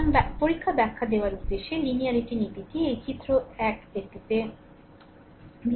সুতরাং পরীক্ষার ব্যাখ্যা দেওয়ার উদ্দেশ্যে লিনিয়ারিটি নীতিটি এই চিত্র 1 টি বিবেচনা করা হচ্ছে